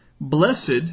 blessed